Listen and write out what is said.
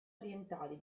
orientali